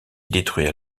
détruire